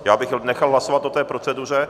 Já bych nechal hlasovat o té proceduře.